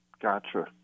Gotcha